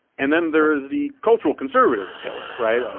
and then there's the cultural conservative pillar, right?